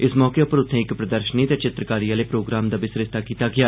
इस मौके उप्पर उत्थें इक प्रदर्शनी ते चित्तरकारी आह्ले प्रोग्राम दा बी सरिस्ता कीता गेआ